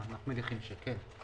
אנחנו מניחים שכן.